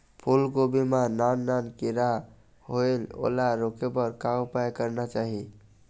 फूलगोभी मां नान नान किरा होयेल ओला रोके बर का उपाय करना चाही?